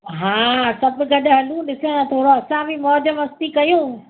हा त बि गॾु हलूं ॾिसां थोरो असां बि मौज मस्ती कयूं